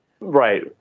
Right